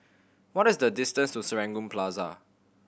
what is the distance to Serangoon Plaza